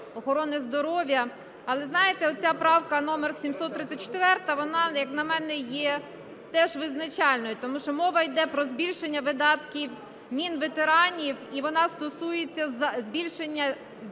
охорони здоров'я. Але, знаєте, оця правка номер 734, вона, як на мене, є теж визначальною. Тому що мова йде про збільшення видатків Мінветеранів. І вона стосується збільшення для